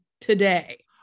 today